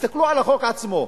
תסתכלו על החוק עצמו.